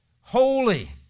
holy